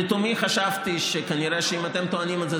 לתומי חשבתי שכנראה שאם אתם טוענים את זה,